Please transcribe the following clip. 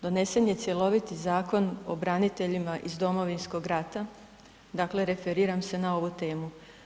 Donesen je cjelovit Zakon o braniteljima iz Domovinskog rata, dakle referiram se na ovu temu.